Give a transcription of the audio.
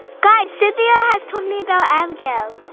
guys, cynthia has told me about abigail.